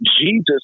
Jesus